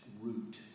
root